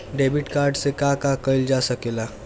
Debit card से का का कइल जा सके ला?